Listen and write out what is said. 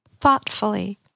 thoughtfully